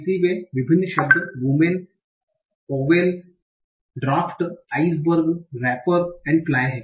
इसलिए वे विभिन्न शब्द women oval draft iceberg wrapper और फ्लाय हैं